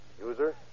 User